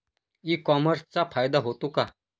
E कॉमर्सचा फायदा होतो का?